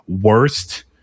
worst